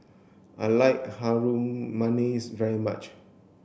I like Harum Manis very much